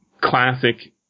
classic